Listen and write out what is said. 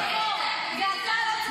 עובדת לצרף